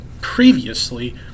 previously